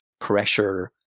pressure